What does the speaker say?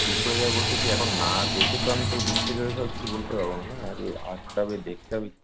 ঠিক হয়ে যাবে বলতে কী এখন না দেখে তো আমি তো দূর থেকে ওইভাবে কিছু বলতে পারবো না না আগে আসতে হবে দেখতে হবে